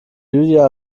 lydia